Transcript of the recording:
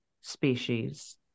species